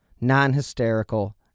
non-hysterical